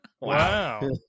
Wow